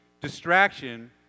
distraction